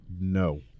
No